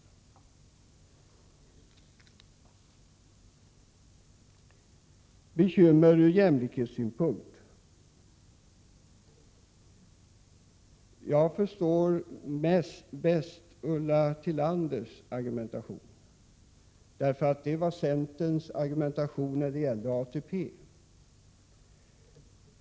När det gäller de bekymmer som anförts från jämlikhetssynpunkt förstår jag bäst Ulla Tillanders argumentation — det var centerns argumentation när det gällde ATP.